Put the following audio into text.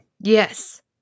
yes